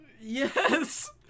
Yes